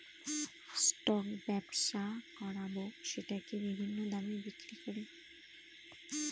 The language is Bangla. স্টক ব্যবসা করাবো সেটাকে বিভিন্ন দামে বিক্রি করে